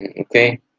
Okay